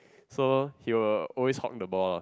so he will always hog the ball ah